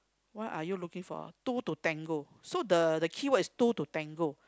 why are you looking for a two to tango so the the keyword is two to tango